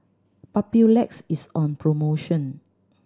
Papulex is on promotion